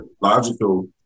logical